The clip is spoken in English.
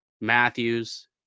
matthews